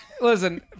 Listen